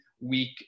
week